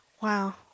wow